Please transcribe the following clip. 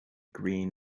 green